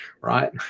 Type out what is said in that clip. right